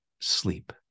sleep